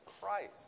Christ